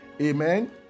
Amen